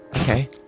okay